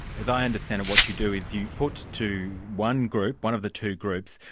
as i understand it what you do is, you put to one group, one of the two groups,